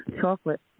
chocolate